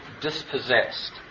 dispossessed